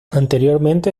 anteriormente